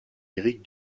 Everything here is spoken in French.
lyriques